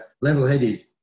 level-headed